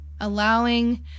allowing